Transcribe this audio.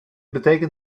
betekent